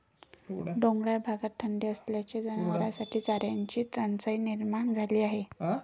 डोंगराळ भागात थंडी असल्याने जनावरांसाठी चाऱ्याची टंचाई निर्माण झाली आहे